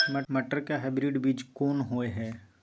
मटर के हाइब्रिड बीज कोन होय है?